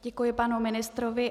Děkuji panu ministrovi.